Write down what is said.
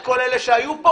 שהיו פה